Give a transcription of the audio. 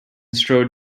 strode